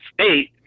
state